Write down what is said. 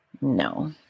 no